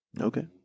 Okay